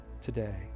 today